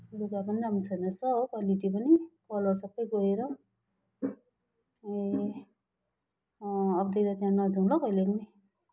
लुगा पनि राम्रो छैन रहेछ हो क्वालिटी पनि कलर सबै गएर ए अबदेखि त त्यहाँ नजाऊँ ल कहिल्यै पनि